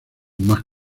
mas